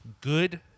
good